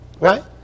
right